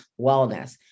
wellness